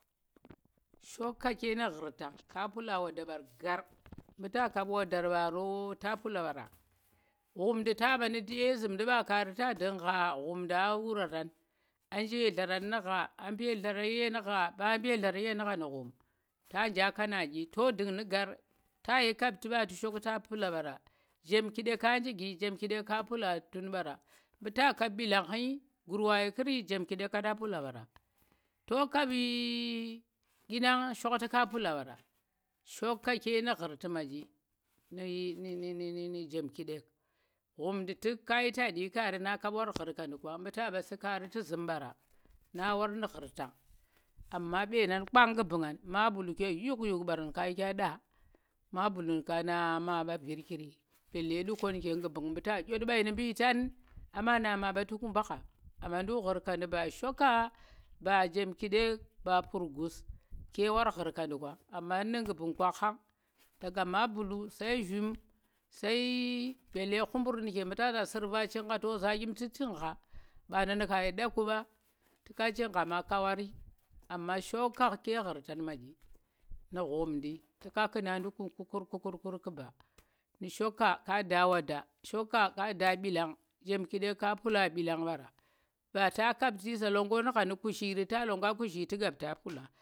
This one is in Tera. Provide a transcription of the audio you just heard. Shoka ke nu̱ ghurtang ka pulo wada mbar gar mu ta kap wadar paro ta pula bara. ghumdi ta ɓa nu̱ nyi zu̱mndi ɓa kaari ta ndungha ghumnda wuraran a Jelaran nu̱gha a mbelaran ye nu̱ gha mba mbelaram ye nu̱ gha nu̱ ghum ta nja Kanandiyi to ndu̱ng nu̱ gar. Ta yi kapti ɓa ntu̱ shokta pula ɓara. Njemkiɗ neka ndugi njemkiɗek ka pula tun ɓara mu̱ ta kap mbilanyi ngur wa yyi kiri njemkiɗek kaɗa pula ɓara to kap nyinang shokti ka pula ɓara shoka ke nu̱ ngu̱rtu̱ maɗi nu̱ njemkiɗek zhumdi tu̱k ka yi tadi kari na kap war xhur kanɗi kwang, mɓu ta ɓa su̱ kaari ntu̱ zu̱u̱ ɓara na war mu̱ xhurtang. amma mɓenankwang nggu̱bu̱ngang mabulu ke tyukyuk ɓaran kayi kya nɓa mabulu nu̱ ka nama ɓa vu̱rkiei mbele nɗudu. nuge nggu̱bu̱ng mbu̱ ta nyoɗ mɓai nu̱ mbu̱ yitan ama na ma ba tu̱ kumɓa gha. amma nduk nggurkandu̱ ba shoka ba jemkiɗek ba purgus ke war ngu̱rkandi kwang amma nu nbunkwang khan daga mabubu sai zhu̱m sai bale ghu̱ɓu̱r nuge muta za nsu̱rba chingho nto za ɗyim tu̱ chu̱ungha ɓanba nu̱ ka yi nda kuɓa tu̱ ko chu̱ngho ma kawari amma shoka ke nggu̱rtan manɗyi nu̱ ghumdi tu̱ ka nku̱na ɗu̱ku kukur kukor nku̱ shoka ka da wada shoka ka lbang jemkidek ka pulo pilang ɓaro bata kaptu̱ za Nongongha nu̱ kuzhiri ta lgona kuzhi tu̱ hab to pula.